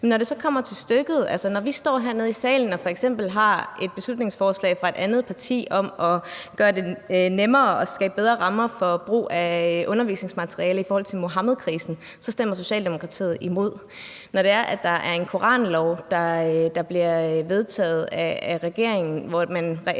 og vi står hernede i salen og f.eks. har et beslutningsforslag fra et andet parti om at gøre det nemmere at skabe bedre rammer for undervisningsmateriale i forhold til Muhammedkrisen, så stemmer Socialdemokratiet imod. Når der er en koranlov, der bliver vedtaget af regeringen, dukker